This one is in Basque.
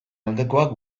aldekoak